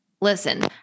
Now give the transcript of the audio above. listen